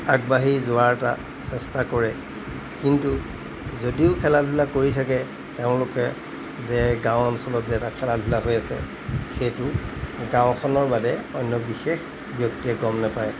আগবাঢ়ি যোৱাৰ এটা চেষ্টা কৰে কিন্তু যদিও খেলা ধূলা কৰি থাকে তেওঁলোকে যে গাঁও অঞ্চলত যে এটা খেলা ধূলা হৈ আছে সেইটো গাঁওখনৰ বাদে অন্য বিশেষ ব্যক্তিয়ে গম নেপায়